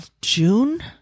June